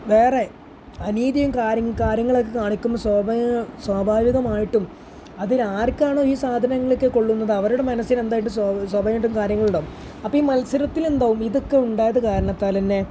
വേറെ അനീതിയും കാര്യങ്ങളൊക്കെ കാണിക്കുമ്പോൾ സ്വാഭാവികമായിട്ടും അതിൽ ആർക്കാണോ ഈ സാധനങ്ങളൊക്കെ കൊള്ളുന്നത് അവരുടെ മനസ്സിന് എന്തായിട്ടും സ്വാഭാവികമായിട്ടും കാര്യങ്ങളുണ്ടാവും അപ്പോൾ ഈ മത്സരത്തിലെന്താവും ഇതൊക്കെ ഉണ്ടായത് കാരണത്താലെന്നെ